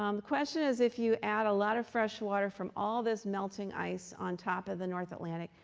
um the question is if you add a lot of fresh water from all this melting ice on top of the north atlantic,